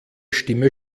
stimme